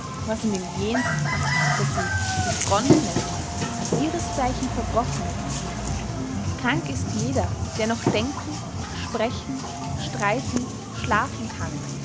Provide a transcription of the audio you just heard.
was in dem jenseits das sie die front nennen an ihresgleichen verbrochen wird krank ist jeder der noch denken sprechen streiten schlafen kann